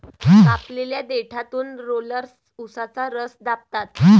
कापलेल्या देठातून रोलर्स उसाचा रस दाबतात